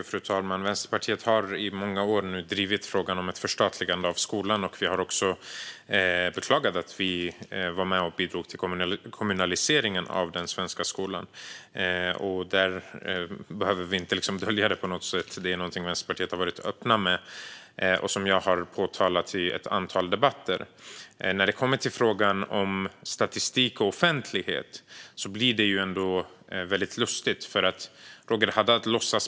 Fru talman! Vänsterpartiet har i många år drivit frågan om ett förstatligande av skolan. Vi har också beklagat att vi var med och bidrog till kommunaliseringen av den svenska skolan. Det är inte något vi döljer. Vänsterpartiet har varit öppet med detta, och jag har påpekat detta i ett antal debatter. När det kommer till frågan om statistik och offentlighet blir det ändå lustigt.